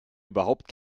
überhaupt